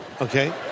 okay